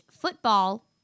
Football